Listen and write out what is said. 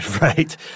Right